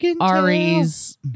Ari's